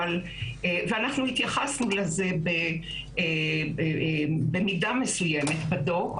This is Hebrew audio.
ואנחנו התייחסנו לזה במידה מסוימת בדוח,